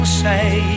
say